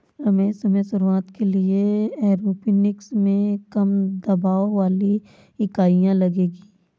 रमेश तुम्हें शुरुआत के लिए एरोपोनिक्स में कम दबाव वाली इकाइयां लगेगी